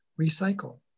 recycle